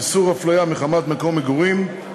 איסור הפליה מחמת מקום מגורים),